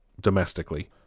domestically